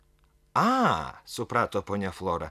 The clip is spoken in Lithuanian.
a suprato ponia flora